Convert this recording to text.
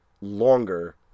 longer